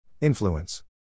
Influence